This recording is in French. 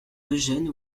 eugène